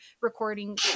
recording